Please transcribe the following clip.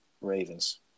Ravens